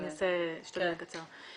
אני אשתדל לעשות את זה קצר.